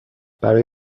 برای